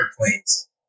airplanes